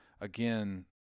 again